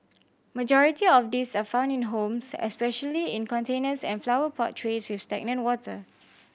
majority of these are found in homes especially in containers and flower pot trays with stagnant water